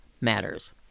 Matters